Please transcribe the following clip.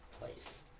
place